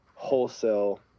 Wholesale